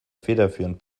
federführend